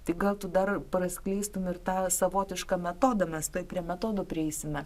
tai gal tu dar praskleistum ir tą savotišką metodą mes tuoj prie metodų prieisime